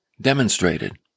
demonstrated